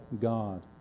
God